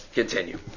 continue